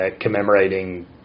commemorating